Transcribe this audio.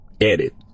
Edit